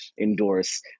endorse